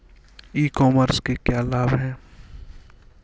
ई commerce के क्या क्या लाभ हैं?